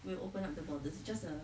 will open up the borders just a